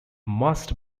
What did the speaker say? must